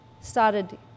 started